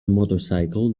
motorcycle